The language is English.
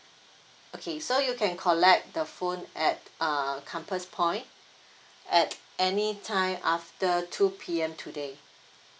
okay so you can collect the phone at uh compass point at any time after two P_M today